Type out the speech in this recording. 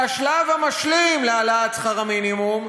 שהשלב המשלים להעלאת שכר המינימום,